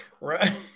Right